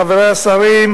חברי השרים,